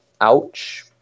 Ouch